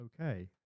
Okay